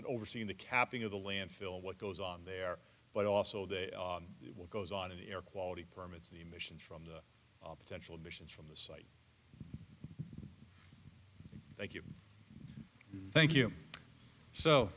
in overseeing the capping of the landfill what goes on there but also they will goes on in the air quality permits the emissions from the potential missions from the site thank you thank you so